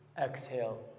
Exhale